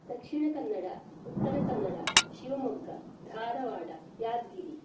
Dakshina Kannada Uttara Kannada Shivamogga Dharwad Yadgir